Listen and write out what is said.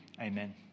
Amen